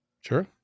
Sure